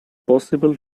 possible